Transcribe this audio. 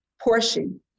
portion